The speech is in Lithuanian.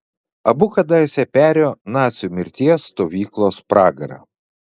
abu kadaise perėjo nacių mirties stovyklos pragarą